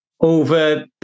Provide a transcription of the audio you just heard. over